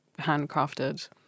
handcrafted